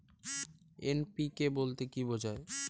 NPK বলতে কী বোঝায়?